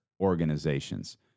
organizations